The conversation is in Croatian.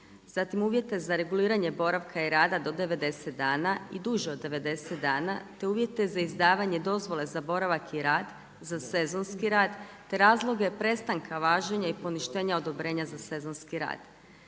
zatim uvjete za reguliranje boravka i rada do 90 dana i duže od 90 dana te uvjete za izdavanje dozvole za boravak i rad za sezonski rad, te razloge prestanka važenja i poništenja odobrenja za sezonski rad,